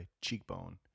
cheekbone